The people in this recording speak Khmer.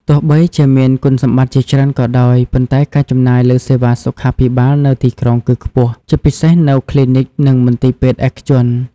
ទោះបីជាមានគុណសម្បត្តិជាច្រើនក៏ដោយ ប៉ុន្តែការចំណាយលើសេវាសុខាភិបាលនៅទីក្រុងគឺខ្ពស់ ជាពិសេសនៅគ្លីនិក និងមន្ទីរពេទ្យឯកជន។